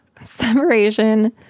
separation